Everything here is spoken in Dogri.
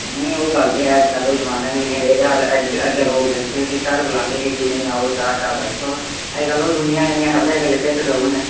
नेईं ओह् गल्ल ते ऐ अजकल ओह् जमाना गै निं ऐ रेह्दा अग अग्गें लोक जंदे हे ते घर बुलांदे हे के निं आओ चाह् शाह् बैठो अजकल ओह् दुनियां गै निं ऐ खबरै अगले भित्त देई ओड़न